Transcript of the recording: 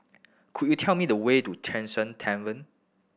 could you tell me the way to Tavern